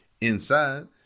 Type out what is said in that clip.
Inside